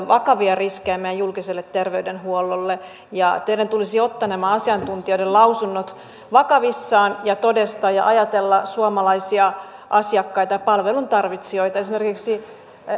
vakavia riskejä meidän julkiselle terveydenhuollolle ja teidän tulisi ottaa nämä asiantuntijoiden lausunnot vakavissaan ja todesta ja ajatella suomalaisia asiakkaita palveluntarvitsijoita esimerkiksi